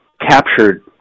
captured